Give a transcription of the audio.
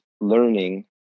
learning